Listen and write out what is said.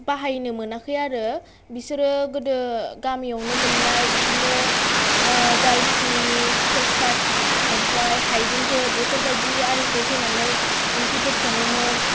बाहायनो मोनाखै आरो बिसोरो गोदो गामियावनो मोननाय बिदिनो दालसिनि थेसफात ओमफ्राय हायजेंफोर बेफोरबादि आरिखौ होनानै ओंख्रिफोर सङोमोन